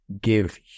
give